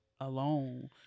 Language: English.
alone